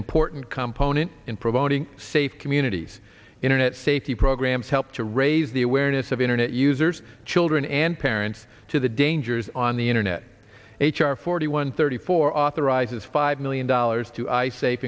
important component in providing safe communities internet safety programs help to raise the aware of internet users children and parents to the dangers on the internet h r forty one thirty four authorizes five million dollars to i sa